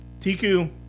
Tiku